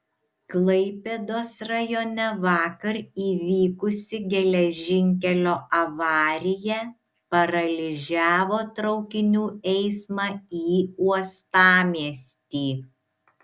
klaipėdos rajone vakar įvykusi geležinkelio avarija paralyžiavo traukinių eismą į uostamiestį